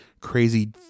crazy